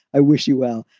i wish you well.